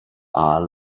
are